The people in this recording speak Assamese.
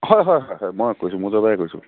হয় হয় হয় হয় মই কৈছোঁ মৌজাদাৰেই কৈছোঁ